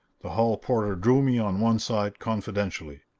the hall porter drew me on one side confidentially.